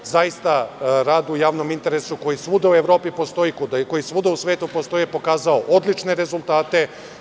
Zaista, rad u javnom interesu, koji svuda u Evropi postoji, koji svuda u svetu postoji, pokazao je odlične rezultate.